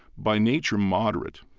by nature, moderate,